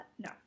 No